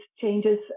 changes